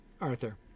Arthur